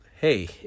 hey